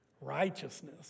Righteousness